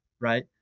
right